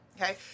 Okay